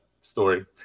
story